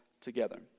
together